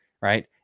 right